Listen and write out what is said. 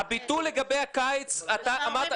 הביטול לגבי הקיץ, אמרת